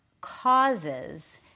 causes